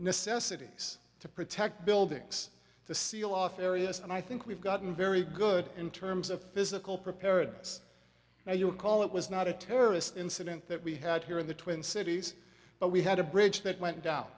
necessities to protect buildings to seal off areas and i think we've gotten very good in terms of physical preparedness now you would call it was not a terrorist incident that we had here in the twin cities but we had a bridge that went down